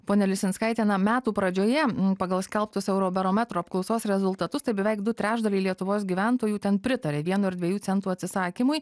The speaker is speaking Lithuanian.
ponia lisinskaite metų pradžioje pagal skelbtus eurobarometro apklausos rezultatus tai beveik du trečdaliai lietuvos gyventojų ten pritarė vieno ir dviejų centų atsisakymui